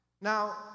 Now